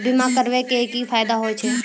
बीमा करबै के की फायदा होय छै?